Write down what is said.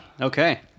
Okay